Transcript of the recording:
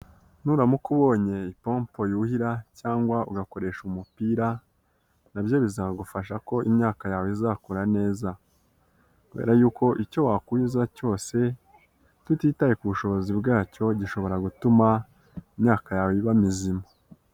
Nuramuka ubonye ipombo yuhira, cyangwa ugakoresha umupira, nabyo bizagufasha kubona imyaka yawe izakura neza. Kubera yuko icyo wakuhiza cyose, mbere tutitaye ku bushobozi bwacyo, gishobora gutuma imyaka yawe iba mizima.